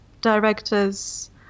directors